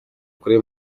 kuri